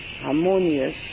harmonious